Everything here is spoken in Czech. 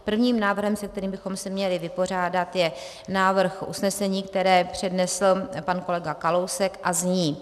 Prvním návrhem, se kterým bychom se měli vypořádat, je návrh usnesení, které přednesl pan kolega Kalousek a zní: